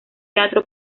teatro